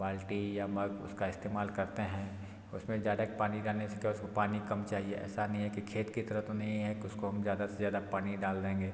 बाल्टी या मग उसका इस्तेमाल करते हैं उसमें ज़्यादा पानी डालने से क्या है उसको पानी कम चाहिए ऐसा नहीं है कि खेत की तरह तो नहीं है कि उसको हम ज़्यादा से ज़्यादा पानी डाल देंगे